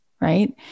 right